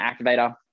activator